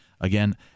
Again